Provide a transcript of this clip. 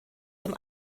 dem